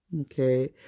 Okay